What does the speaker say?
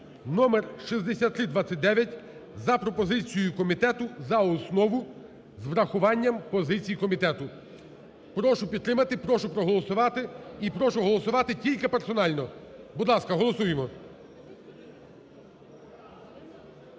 (№ 6329) за пропозицією комітету за основу, з урахуванням позицій комітету. Прошу підтримати, прошу проголосувати і прошу голосувати тільки персонально. Будь ласка, голосуємо.